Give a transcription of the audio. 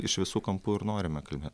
iš visų kampų ir norime kalbėt